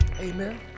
Amen